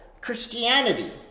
Christianity